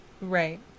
Right